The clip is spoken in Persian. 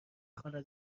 خانه